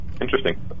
Interesting